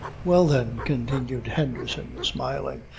well, then, continued henderson, smiling,